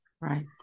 right